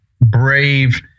brave